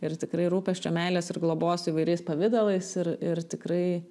ir tikrai rūpesčio meilės ir globos įvairiais pavidalais ir ir tikrai